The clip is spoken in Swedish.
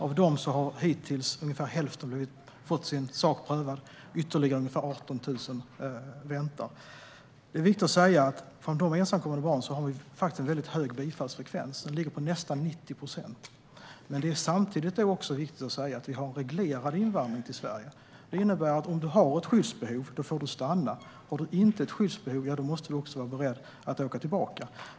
Av dem har hittills ungefär hälften fått sin sak prövad. Ytterligare ungefär 18 000 väntar. Det är viktigt att säga att vi när det gäller ensamkommande barn faktiskt har en väldigt hög bifallsfrekvens; den ligger på nästan 90 procent. Men det är samtidigt viktigt att säga att vi har en reglerad invandring till Sverige. Det innebär att den som har skyddsbehov får stanna. Den som inte har det måste vara beredd att åka tillbaka.